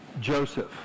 joseph